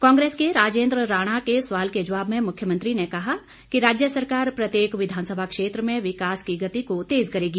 कांग्रेस के राजेंद्र राणा सवाल के जवाब में मुख्यमंत्री ने कहा कि राज्य सरकार प्रत्येक विधानसभा क्षेत्र में विकास की गति को तेज करेगी